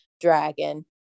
Dragon